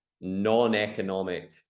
non-economic